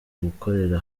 gukorera